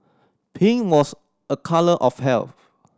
pink was a colour of health